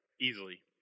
Easily